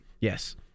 Yes